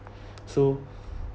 so